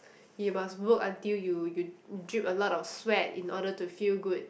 you must work until you you drip a lot of sweat in order to feel good